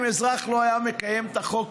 אם אזרח לא היה מקיים את החוק,